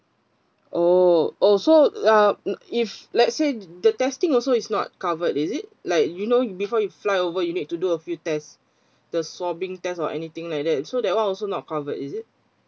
oh oh so uh if let's say the testing also is not covered is it like you know you before you fly over you need to do a few test the swabbing test or anything like that so that one also not covered is it